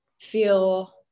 feel